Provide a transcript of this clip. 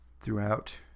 throughout